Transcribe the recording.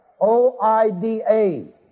O-I-D-A